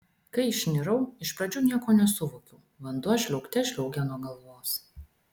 kai išnirau iš pradžių nieko nesuvokiau vanduo žliaugte žliaugė nuo galvos